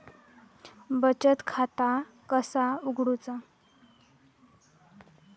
बचत खाता कसा उघडूचा?